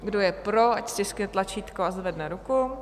Kdo je pro, ať stiskne tlačítko a zvedne ruku.